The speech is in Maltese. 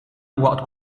waqt